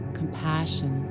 compassion